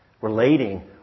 relating